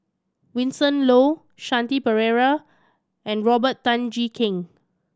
Vincent Leow Shanti Pereira and Robert Tan Jee Keng